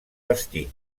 vestir